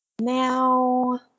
Now